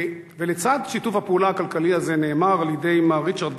לצד שיתוף הפעולה הכלכלי הזה נאמרו על-ידי מר ריצ'רד